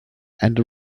and